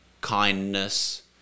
kindness